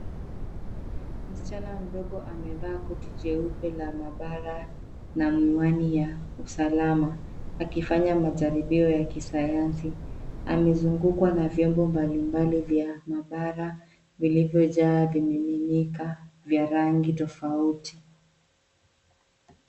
Msichana mdogo amevaa koti jeupe la maabara na miwani ya usalama akifanya majaribio ya kisayansi. Amezungukwa na vyombo mbalimbali vya maabara vilivyojaa vimiminika vya rangi tofauti.